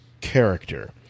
character